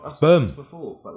boom